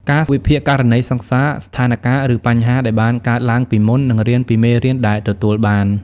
ការវិភាគករណីសិក្សា ស្ថានការណ៍ ឬបញ្ហាដែលបានកើតឡើងពីមុន និងរៀនពីមេរៀនដែលទទួលបាន។